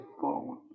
phone